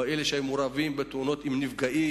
או אלה שהיו מעורבים בתאונות עם נפגעים,